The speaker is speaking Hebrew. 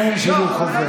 אין שידור חוזר.